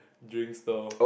drinks stall